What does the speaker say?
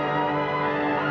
or